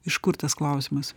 iš kur tas klausimas